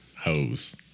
hose